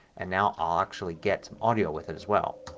and now i'll actually get some audio with it as well.